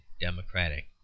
democratic